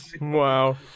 Wow